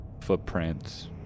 Footprints